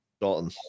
Dalton